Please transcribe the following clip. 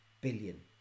billion